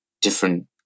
different